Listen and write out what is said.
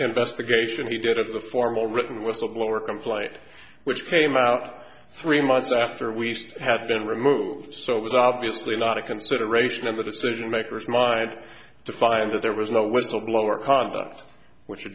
investigation he did of the formal written whistleblower complaint which came out three months after we had been removed so it was obviously not a consideration in the decision makers mind to find that there was no whistleblower conduct wh